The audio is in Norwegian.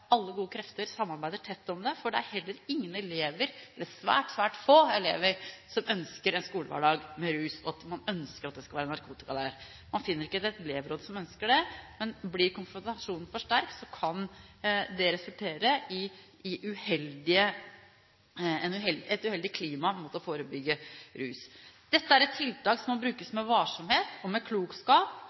alle gode krefter samarbeider tett om det, for det er heller ingen elever – eller svært, svært få elever – som ønsker en skolehverdag med rus og at det skal være narkotika der. Man finner ikke et elevråd som ønsker det. Men blir konfrontasjonen for sterk, kan det resultere i et uheldig klima mot å forebygge rus. Dette er et tiltak som må brukes med varsomhet og med klokskap.